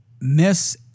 miss